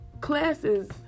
classes